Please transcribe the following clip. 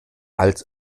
als